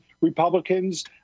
Republicans